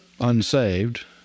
unsaved